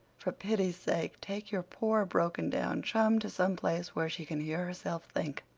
for pity's sake take your poor, broken-down chum to some place where she can hear herself think.